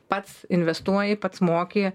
pats investuoji pats moki